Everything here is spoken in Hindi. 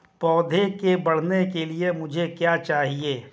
पौधे के बढ़ने के लिए मुझे क्या चाहिए?